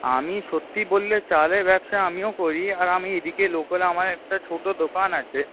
আমি সত্যি বললে চালের ব্যবসা আমিও করি আর আমি এদিকে লোকালে আমার একটা ছোট দোকান আছে